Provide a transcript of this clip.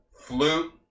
Flute